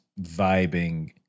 vibing